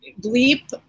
Bleep